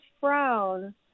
frown